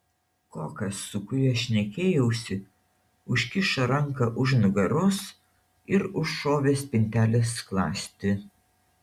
kokas su kuriuo šnekėjausi užkišo ranką už nugaros ir užšovė spintelės skląstį